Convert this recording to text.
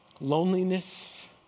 loneliness